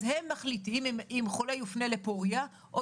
אז הם מחליטים אם חולה יופנה לפורייה או